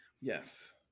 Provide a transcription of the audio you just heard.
Yes